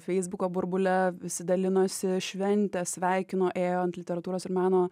feisbuko burbule visi dalinosi švente sveikino ėjo ant literatūros ir meno